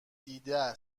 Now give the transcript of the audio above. دیده